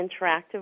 interactive